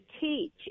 teach